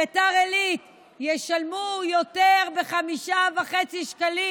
ביתר עילית, ישלמו יותר ב-5.5 שקלים